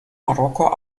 marokko